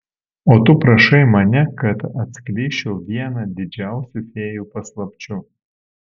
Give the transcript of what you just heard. o tu prašai mane kad atskleisčiau vieną didžiausių fėjų paslapčių